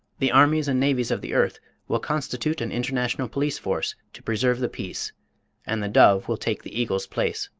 the armies and navies of the earth will constitute an international police force to preserve the peace and the dove will take the eagle's place.